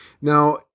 Now